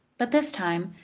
but this time,